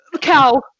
Cow